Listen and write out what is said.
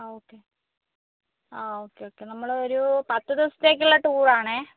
ആ ഓക്കെ ആ okay okay നമ്മളൊരു പത്തുദിവസത്തേക്കുള്ള ടൂറാണേ